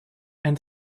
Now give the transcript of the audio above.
and